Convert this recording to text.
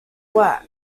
work